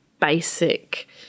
basic